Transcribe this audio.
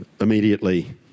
immediately